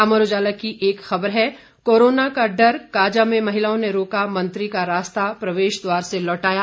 अमर उजाला की एक खबर है कोरोना का डर काजा में महिलाओं ने रोका मंत्री का रास्ता प्रवेश द्वार से लौटाया